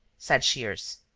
said shears.